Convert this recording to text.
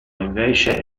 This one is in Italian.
invece